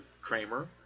Kramer